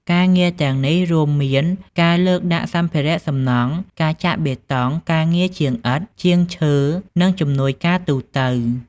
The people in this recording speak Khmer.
ការងារទាំងនេះរួមមានការលើកដាក់សម្ភារៈសំណង់ ការចាក់បេតុង ការងារជាងឥដ្ឋ ជាងឈើ និងជំនួយការទូទៅ ។